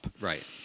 Right